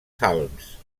salms